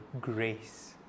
grace